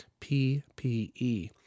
PPE